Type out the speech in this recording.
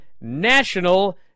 national